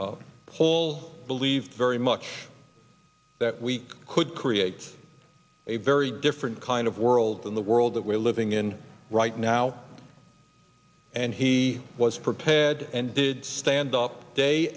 all believe very much that we could create a very different kind of world than the world that we're living in right now and he was prepared and did stand up day